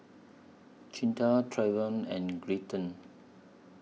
Cinda Trayvon and